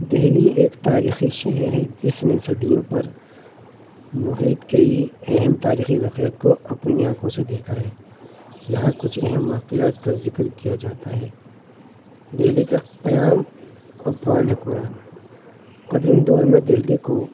دہلی ایک تاریخی شہر ہے جس نے صدیوں پر محیط کئی اہم تاریخی واقعات کو اپنی آنکھوں سے دیکھا ہے یہاں کچھ اہم واقعات کا ذکر کیا جاتا ہے دہلی کا قیام اور پال حمران قدیم دور میں دہلی کو